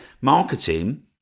marketing